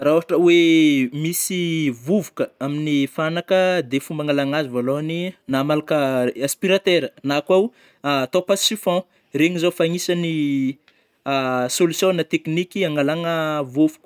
Ra ôhatra oe misy vovoka amin'ny fanaka de fomba angalagna azy vôlôhangny na malaka aspiratera na koa o atao passe chiffon, regny zao fa agnisany a solution na tekniky agnalagna vôvôko.